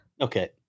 Okay